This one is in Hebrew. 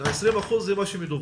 ה-20% זה מה שמדווח.